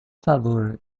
favor